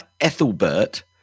Ethelbert